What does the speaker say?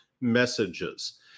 messages